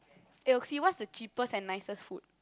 eh what's the cheapest and nicest food